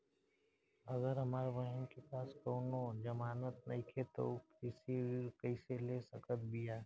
अगर हमार बहिन के पास कउनों जमानत नइखें त उ कृषि ऋण कइसे ले सकत बिया?